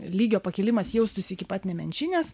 lygio pakilimas jaustųsi iki pat nemenčinės